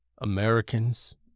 Americans